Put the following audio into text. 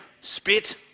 spit